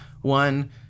one